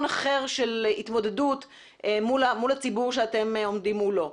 אחר של התמודדות מול הציבור שאתם עומדים מולו.